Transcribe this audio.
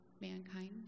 mankind